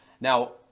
Now